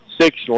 six